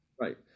Right